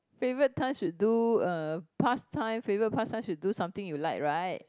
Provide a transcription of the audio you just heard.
favourite time should do uh pastime favourite pastime should do something you like right